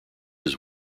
his